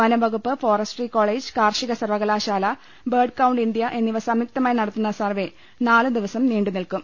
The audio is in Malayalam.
വനം വകുപ്പ് ഫോറസ്ട്രി കോളേജ് കാർഷിക സർവകലാശാല ബേർഡ് കൌണ്ട് ഇൻഡ്യ എന്നിവ സംയുക്തമായി നടത്തുന്ന സർവേ നാലു ദിവസം നീണ്ടു നിൽക്കും